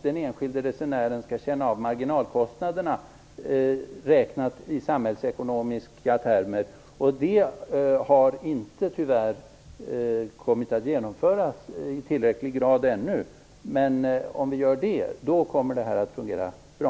Den enskilde resenären skall känna av marginalkostnaderna räknat i samhällsekonomiska termer. Det har tyvärr inte kommit att genomföras i tillräcklig grad ännu. Om vi gör det kommer detta att fungera bra.